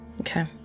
Okay